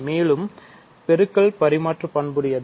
மேலும் பெருக்கல் பரிமாற்று பண்பு உடையது